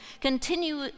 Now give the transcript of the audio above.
continue